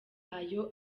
ayo